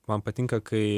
man patinka kai